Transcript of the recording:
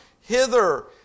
hither